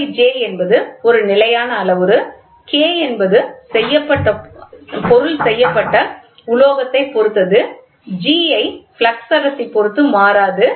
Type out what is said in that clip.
K G என்பது ஒரு நிலையான அளவுரு K என்பது பொருள் செய்யப்பட்ட உலோகத்தை பொருத்தது G ஐப் ஃப்ளக்ஸ் அடர்த்தி பொருத்து மாறாது